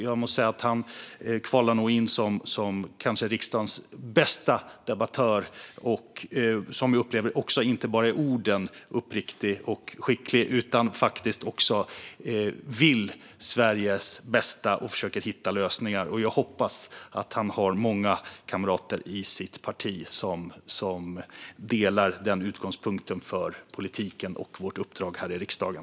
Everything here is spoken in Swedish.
Han kan nog kvala in som riksdagens bästa debattör. Han är inte bara uppriktig och skicklig i ord, utan han vill Sveriges bästa och försöker hitta lösningar. Jag hoppas att han har många kamrater i sitt parti som delar hans utgångspunkt för politiken och vårt uppdrag i riksdagen.